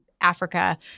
Africa